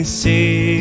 see